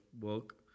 work